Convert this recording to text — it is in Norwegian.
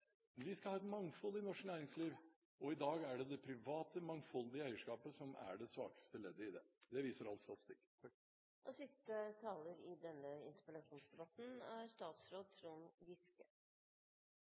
Vi skal ha et mangfold i norsk næringsliv. I dag er det det private, mangfoldige eierskapet som er det svakeste leddet i det. Det viser all statistikk. Interpellanten har lagt grunnlaget for en times debatt i stortingssalen om et viktig tema. Det er